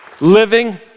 living